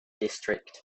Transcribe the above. district